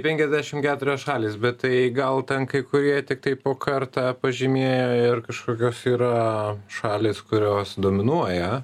penkiasdešim keturios šalys bet tai gal ten kai kurie tiktai po kartą pažymėjo ir kažkokios yra šalys kurios dominuoja